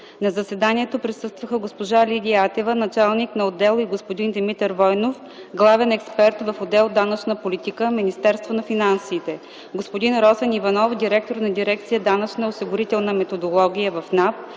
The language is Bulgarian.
На заседанието присъстваха: госпожа Лидия Атева – началник на отдел, и господин Димитър Войнов – главен експерт в отдел „Данъчна политика”, Министерство на финансите; господин Росен Иванов – директор на дирекция „Данъчна и осигурителна методология” в НАП,